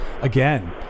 again